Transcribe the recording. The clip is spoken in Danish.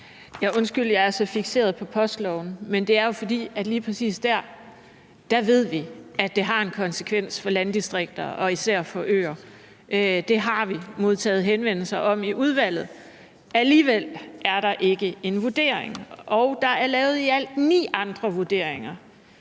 Undskyld, at jeg er så fikseret på postloven, men det er jo, fordi vi lige præcis dér ved, at det har en konsekvens for landdistrikterne og især for øerne. Det har vi modtaget henvendelser om i udvalget. Alligevel er der ikke en vurdering. Der er lavet i alt ni andre vurderinger